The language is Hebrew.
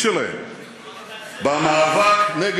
הם מבינים שישראל היא בעלת-הברית שלהם במאבק